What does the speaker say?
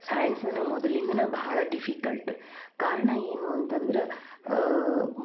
ಸೈನ್ಸ್ನು ಮೊದಲಿಂದನು ಭಾಳ ಡಿಫಿಕಲ್ಟ್ ಕಾರಣ ಏನು ಅಂತಂದ್ರ